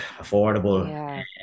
affordable